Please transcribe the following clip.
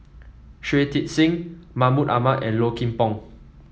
Shui Tit Sing Mahmud Ahmad and Low Kim Pong